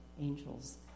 angels